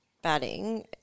batting